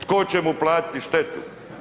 Tko će mu platiti štetu?